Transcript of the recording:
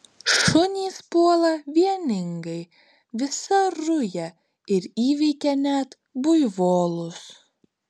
šunys puola vieningai visa ruja ir įveikia net buivolus